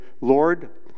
Lord